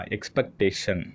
Expectation